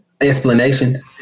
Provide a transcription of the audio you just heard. Explanations